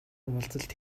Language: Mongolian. уулзалт